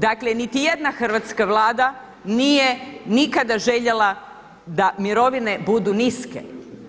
Dakle niti jedna hrvatska Vlada nije nikada željela da mirovine budu niske,